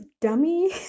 dummy